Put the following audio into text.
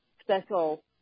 special